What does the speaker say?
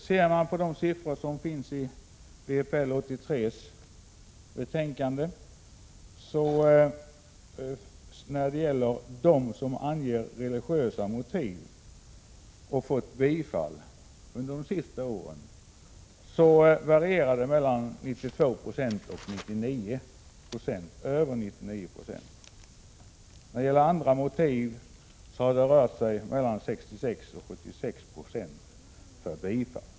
Ser man på de siffror som finns i VK-83:s betänkande när det gäller dem som anger religiösa motiv och har fått bifall under de senaste åren, finner man att talet varierar mellan 92 96 och över 99 90. I vad gäller andra motiv har det rört sig om mellan 66 och 76 96 för bifall.